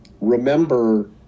remember